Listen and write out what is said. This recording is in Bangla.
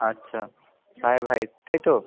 আচ্ছা সাহেব হাইক তাই তো